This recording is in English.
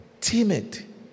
timid